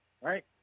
right